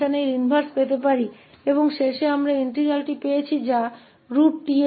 तो ये वे संदर्भ हैं जिनका उपयोग हमने इस व्याख्यान को तैयार करने के लिए किया है